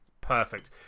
perfect